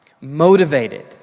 motivated